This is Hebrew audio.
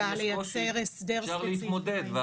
אין סיבה לייצר הסדר ספציפי.